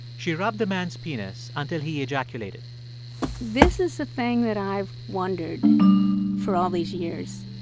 she rubbed the man's penis until he ejaculated this is the thing that i've wondered for all these years.